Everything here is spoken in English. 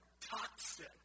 toxic